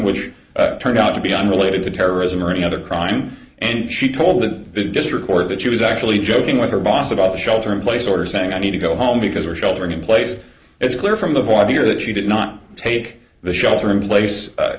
which turned out to be unrelated to terrorism or any other crime and she told the district court that she was actually joking with her boss about shelter in place order saying i need to go home because were sheltering in place it's clear from the five year that she did not take the shelter in place